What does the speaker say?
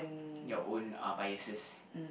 your own uh biases